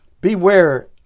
Beware